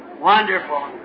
Wonderful